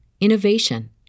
innovation